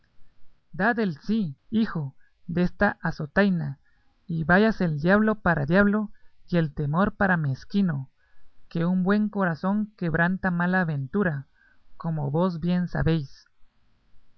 el sí hijo desta azotaina y váyase el diablo para diablo y el temor para mezquino que un buen corazón quebranta mala ventura como vos bien sabéis